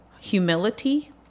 humility